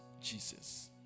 Jesus